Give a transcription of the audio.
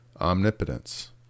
omnipotence